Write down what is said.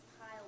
pile